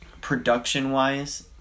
production-wise